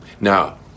Now